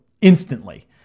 instantly